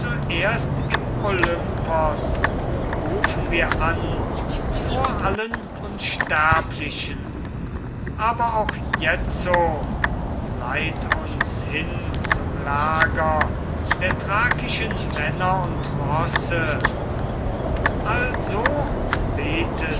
zuerst im olympos rufen wir an vor allen unsterblichen aber auch jetzo leit uns hin zum lager der thrakischen männer und rosse also